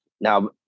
Now